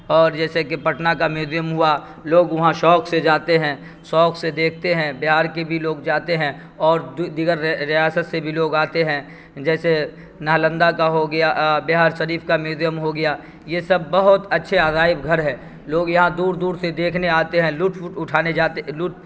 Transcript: اور جیسے کہ پٹنہ کا میوزیم ہوا لوگ وہاں شوق سے جاتے ہیں شوق سے دیکھتے ہیں بہار کے بھی لوگ جاتے ہیں اور دی دیگر ریاست سے بھی لوگ آتے ہیں جیسے نالندہ کا ہوگیا بہار شریف کا میوذیم ہوگیا یہ سب بہت اچھے عجائب گھر ہے لوگ یہاں دور دور سے دیکھنے آتے ہیں لٹ لطف اٹھانے جاتے لٹ